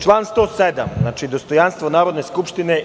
Član 107 - dostojanstvo Narodne skupštine.